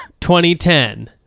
2010